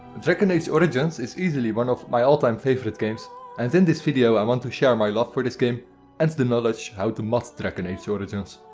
dragon age origins is easily one of my all time favorite games and in this video i want to share my love for this game and the knowledge how to mod dragon age origins.